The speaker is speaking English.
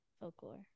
folklore